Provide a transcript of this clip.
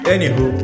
Anywho